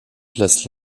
place